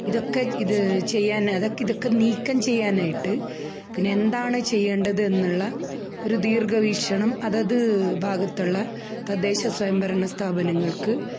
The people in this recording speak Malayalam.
ഇതൊക്കെ ഇത് ചെയ്യാന് ആതക്ക് ഇതൊക്കെ നീക്കം ചെയ്യാനായിട്ട് പിന്നെന്താണ് ചെയ്യേണ്ടത് എന്നുള്ള ഒരു ദീർഘവീക്ഷണം അതത് ഭാഗത്തുള്ള തദ്ദേശസ്വയംഭരണ സ്ഥാപനങ്ങൾക്ക്